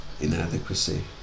inadequacy